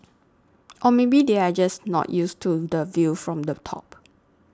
or maybe they are just not used to the view from the top